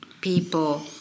people